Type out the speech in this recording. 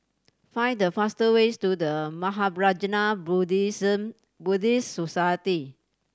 find the fastest ways to The Mahaprajna Buddhist Society